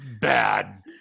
bad